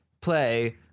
play